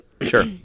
Sure